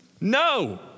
No